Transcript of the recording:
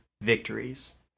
victories